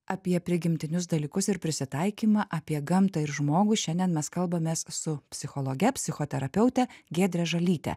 apie prigimtinius dalykus ir prisitaikymą apie gamtą ir žmogų šiandien mes kalbamės su psichologe psichoterapeute giedre žalyte